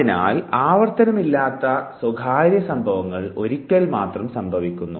അതിനാൽ ആവർത്തനമില്ലാത്ത സ്വകാര്യ സംഭവങ്ങൾ ഒരിക്കൽ മാത്രം സംഭവിക്കുന്നു